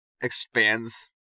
expands